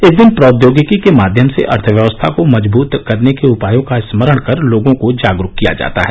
इस दिन प्रौद्योगिकी के माध्यम से अर्थव्यवस्था को मजबूत करने के उपायों का स्मरण कर लोगों को जागरूक किया जाता है